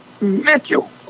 Mitchell